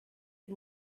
had